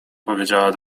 powiedziała